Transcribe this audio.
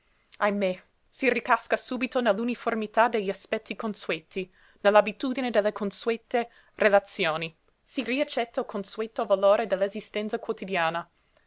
ahimè si ricasca subito nell'uniformità degli aspetti consueti nell'abitudine delle consuete relazioni si riaccetta il consueto valore dell'esistenza quotidiana